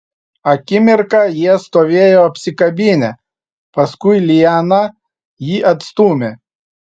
akimirką jie stovėjo apsikabinę paskui liana jį atstūmė